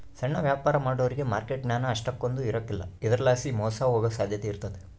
ಸಣ್ಣ ವ್ಯಾಪಾರ ಮಾಡೋರಿಗೆ ಮಾರ್ಕೆಟ್ ಜ್ಞಾನ ಅಷ್ಟಕೊಂದ್ ಇರಕಲ್ಲ ಇದರಲಾಸಿ ಮೋಸ ಹೋಗೋ ಸಾಧ್ಯತೆ ಇರ್ತತೆ